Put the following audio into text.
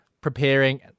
preparing